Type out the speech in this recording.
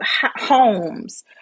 homes